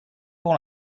pour